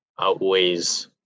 outweighs